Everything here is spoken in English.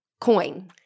coin